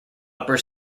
upper